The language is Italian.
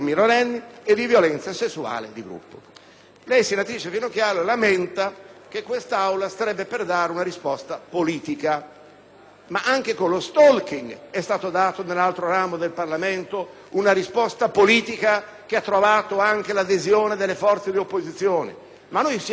Lei, senatrice Finocchiaro, lamenta che quest'Aula starebbe per dare una risposta politica, ma anche con lo *stalking* è stata data nell'altro ramo del Parlamento una risposta politica che ha trovato l'adesione pure delle forze dell'opposizione. Del resto, noi siamo qui per dare risposte politiche alle